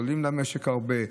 שעולים למשק הרבה.